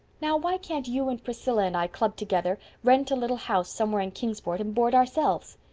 now, why can't you and priscilla and i club together, rent a little house somewhere in kingsport, and board ourselves?